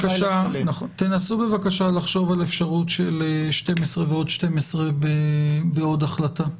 נסו לחשוב על האפשרות של 12 ועוד 12 בעוד החלטה.